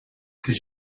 did